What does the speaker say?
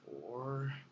four